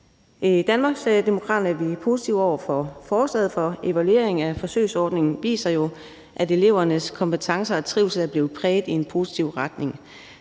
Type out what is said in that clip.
I Danmarksdemokraterne er vi positive over for forslaget, for evalueringen af forsøgsordningen viser jo, at elevernes kompetencer og trivsel er blevet præget i en positiv retning.